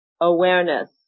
awareness